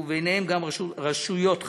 וביניהן גם רשויות חלשות.